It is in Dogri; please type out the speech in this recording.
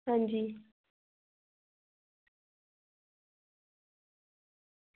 हां जी